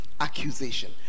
accusation